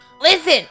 Listen